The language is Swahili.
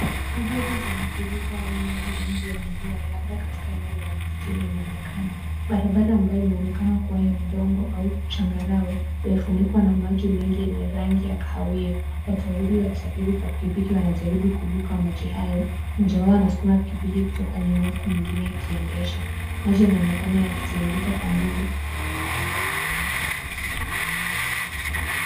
Hadahari za mafuriko au maji mengi ya mvua labda katika vijijini inaonekana. Barabara ambayo inaonekana kuwa ya udongo au changarawe imefunikwa na maji mengi yenye rangi ya kahawia . Watu wawili wakisafiri kwa pikipiki wanajaribu kuvuka maji hayo mmoja wao anaskuma pikipiki kutoka nyuma huku mwingine akiendesha , maji yanaonekana yakitiririka kwa nguvu.